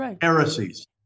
heresies